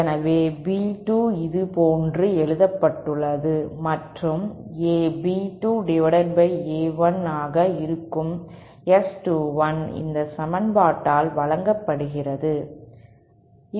எனவே B2 இதுபோன்று எழுதப்பட்டுள்ளது மற்றும் B2A1 ஆக இருக்கும் S21 இந்த சமன்பாட்டால் வழங்கப்படுகிறது